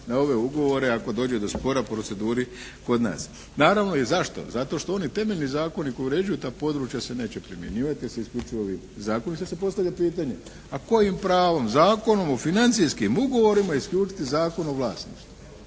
na ove ugovore ako dođe do spora, proceduri kod nas. Naravno i zašto? Zato što oni temeljni zakoni koji uređuju ta područja se neće primjenjivati jer se isključivo … /Govornik se ne razumije./ … zakon i sad se postavlja pitanje a kojim pravom Zakonom o financijskim ugovorima isključiti Zakon o vlasništvu?